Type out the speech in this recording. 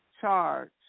charge